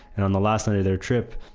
and on the last night of their trip,